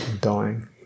dying